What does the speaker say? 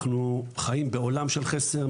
אנחנו חיים בעולם של חסר,